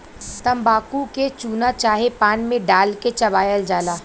तम्बाकू के चूना चाहे पान मे डाल के चबायल जाला